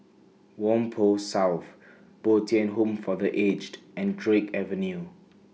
Whampoa South Bo Tien Home For The Aged and Drake Avenue